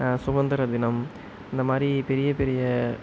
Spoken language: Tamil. சுதந்திர தினம் இந்தமாதிரி பெரிய பெரிய